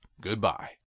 goodbye